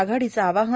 आघाडीचं आवाहन